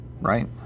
Right